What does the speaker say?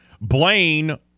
Blaine